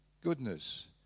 goodness